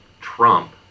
Trump